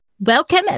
Welcome